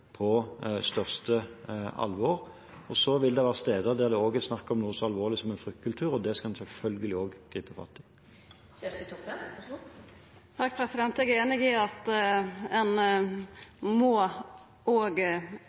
på største alvor. Så vil det være steder der det også er snakk om noe så alvorlig som en fryktkultur, og det skal vi selvfølgelig også gripe fatt i. Eg er einig i at ein òg må snakka om pasienttryggleik og openheitskultur – og